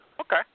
Okay